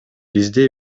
бизде